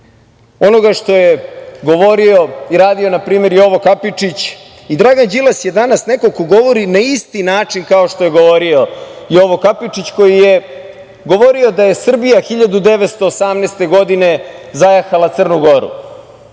onoga što je govorio i radio npr. Jovo Kapičić, i Dragan Đilas je danas neko ko govori na isti način kao što je govorio Jovo Kapičić, koji je govorio da je Srbija 1918. godine zajahala Crnu Goru,